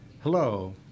Hello